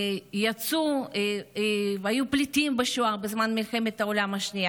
יצאו והיו פליטים בשואה בזמן מלחמת העולם השנייה.